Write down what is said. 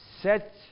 set